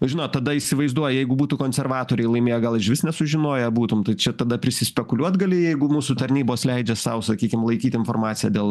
žinot tada įsivaizduoju jeigu būtų konservatoriai laimėję gal išvis nesužinoję būtum tai čia tada prisispekuliuot gali jeigu mūsų tarnybos leidžia sau sakykim laikyt informaciją dėl